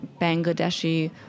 Bangladeshi